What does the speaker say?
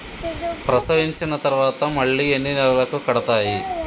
ప్రసవించిన తర్వాత మళ్ళీ ఎన్ని నెలలకు కడతాయి?